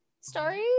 stories